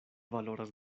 valoras